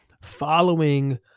following